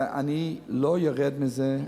אני לא ארד מזה.